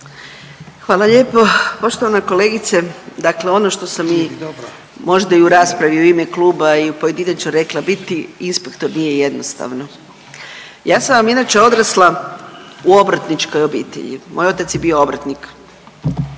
Hvala lijepo. Poštovana kolegice, dakle ono što sam i možda i u raspravi i u ime kluba i pojedinačno rekla biti inspektor nije jednostavno. Ja sam vam inače odrasla u obrtničkoj obitelji, moj otac je bio obrtnik